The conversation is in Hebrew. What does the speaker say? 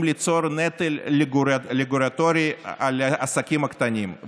ליצור נטל רגולטורי על העסקים הקטנים,